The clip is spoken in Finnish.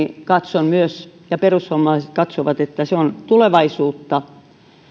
katson myös ja perussuomalaiset katsovat että se on tulevaisuutta